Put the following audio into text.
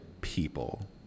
people